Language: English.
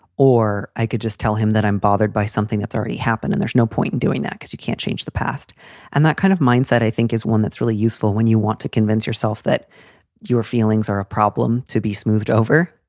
or i could just tell him that i'm bothered by something that's already happened. and there's no point in doing that because you can't change the past and that kind of mindset, i think, is one that's really useful when you want to convince yourself that your feelings are a problem to be smoothed over.